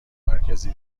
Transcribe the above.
مرکزی